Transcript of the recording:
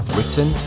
Written